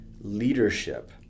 leadership